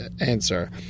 answer